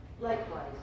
Likewise